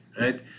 right